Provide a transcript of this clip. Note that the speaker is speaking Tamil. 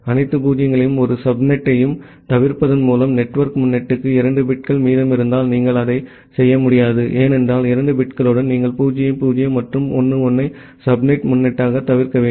அனைத்து பூஜ்ஜியங்களையும் ஒரு சப்நெட்டையும் தவிர்ப்பதன் மூலம் நெட்வொர்க் முன்னொட்டுக்கு 2 பிட்கள் மீதமிருந்தால் நீங்கள் அதை செய்ய முடியாது ஏனென்றால் 2 பிட்களுடன் நீங்கள் 0 0 மற்றும் 1 1 ஐ சப்நெட் முன்னொட்டாக தவிர்க்க வேண்டும்